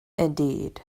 indeed